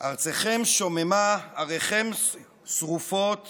"ארצכם שממה עריכם שרֻפות